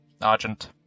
Argent